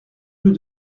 rue